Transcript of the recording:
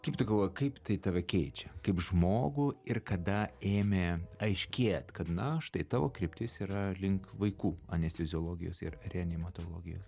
kaip tu galvoji kaip tai tave keičia kaip žmogų ir kada ėmė aiškėt kad na štai tavo kryptis yra link vaikų anesteziologijos ir reanimatologijos